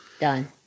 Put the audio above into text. done